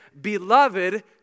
beloved